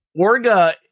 Orga